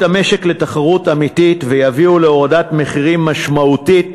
המשק לתחרות אמיתית ויביאו להורדת מחירים משמעותית,